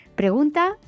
Pregunta